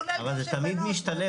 כולל גם --- אבל זה תמיד משתלב,